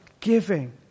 giving